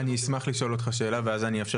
אני אשמח לשאול אותך שאלה ואז אני אאפשר